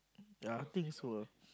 I think so